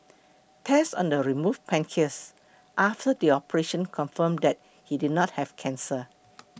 tests on the remove pancreas after the operation confirm that he did not have cancer